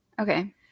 Okay